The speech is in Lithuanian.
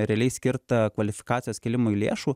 realiai skirta kvalifikacijos kėlimui lėšų